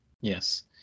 Yes